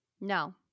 No